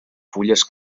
fulles